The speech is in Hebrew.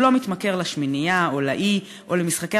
הוא לא מתמכר ל"שמינייה" או ל"אי" או למשחקי